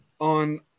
on